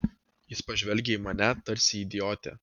jis pažvelgė į mane tarsi į idiotę